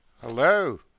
Hello